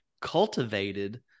cultivated